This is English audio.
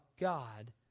God